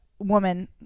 woman